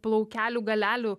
plaukelių galelių